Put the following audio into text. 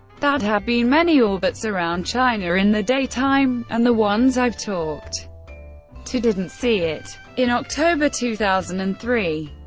that have been many orbits around china in the daytime, and the ones i've talked to didn't see it. in october two thousand and three,